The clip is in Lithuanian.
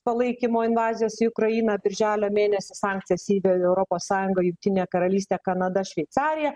palaikymo invazijos į ukrainą birželio mėnesį sankcijas įvedė europos sąjunga jungtinė karalystė kanada šveicarija